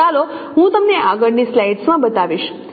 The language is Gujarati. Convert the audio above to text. તો ચાલો હું તમને આગળની સ્લાઈડમાં બતાવીશ